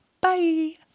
Bye